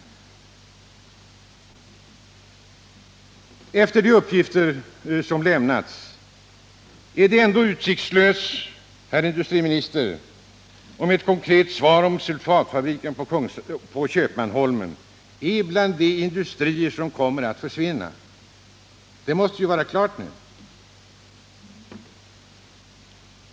Efter de uppgifter som lämnats är det ändå utsiktslöst att be industriministern om ett konkret svar, om sulfatfabriken på Köpmanholmen är bland dessa industrier som kommer att försvinna? Det måste ju vara klart nu.